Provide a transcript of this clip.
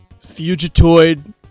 Fugitoid